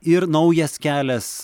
ir naujas kelias